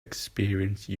experience